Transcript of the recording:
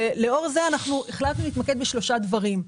לאור זה החלטנו להתמקד בשלושה דברים.